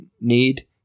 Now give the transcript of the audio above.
need